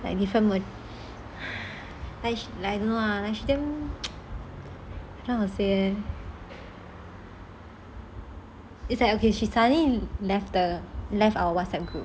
like I don't lah how to say leh it's like okay she suddenly left the left our whatsapp group